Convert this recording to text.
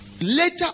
Later